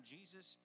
Jesus